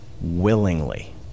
willingly